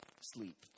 sleep